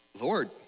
Lord